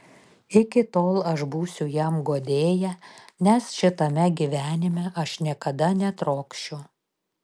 iki tol aš būsiu jam guodėja nes šitame gyvenime aš niekada netrokšiu